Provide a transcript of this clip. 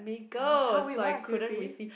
oh how wait what seriously